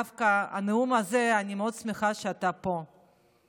אני דווקא שמחה שאתה בנאום הזה.